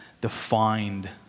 defined